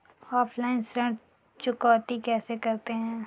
Offline ऋण चुकौती कैसे करते हैं?